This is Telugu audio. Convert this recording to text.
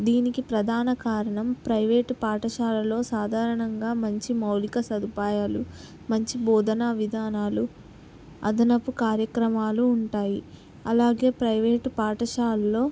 దీనికి ప్రధాన కారణం ప్రైవేటు పాఠశాలలో సాధారణంగా మంచి మౌలిక సదుపాయాలు మంచి బోధన విధానాలు అదనపు కార్యక్రమాలు ఉంటాయి అలాగే ప్రైవేటు పాఠశాలల్లో